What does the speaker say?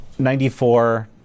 94